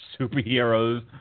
superheroes